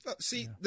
See